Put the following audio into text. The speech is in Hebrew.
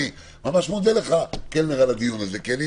אני ממש מודה לך, קלנר, על הדיון הזה כי אני